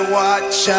watch